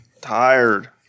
Tired